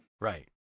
Right